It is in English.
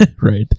Right